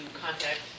contact